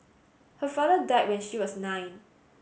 her father died when she was nine